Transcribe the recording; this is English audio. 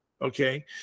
okay